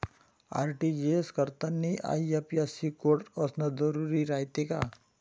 RTGS करतांनी IFSC code असन जरुरी रायते का?